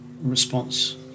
response